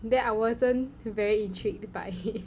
then I wasn't very intrigued by it